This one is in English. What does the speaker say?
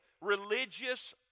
religious